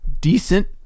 decent